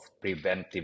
preventive